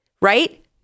right